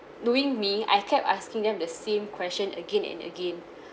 knowing me I kept asking them the same question again and again